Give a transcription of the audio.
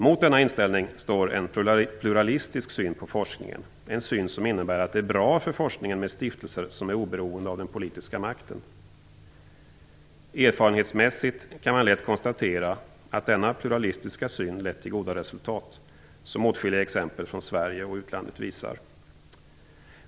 Mot denna inställning står en pluralistisk syn på forskningen, synen att det är bra för forskningen med stiftelser som är oberoende av den politiska makten. Erfarenhetsmässigt kan man lätt konstatera att denna pluralistiska syn har lett till goda resultat, vilket åtskilliga exempel från Sverige och utlandet visar.